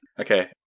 Okay